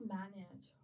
manage